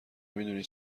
میدونی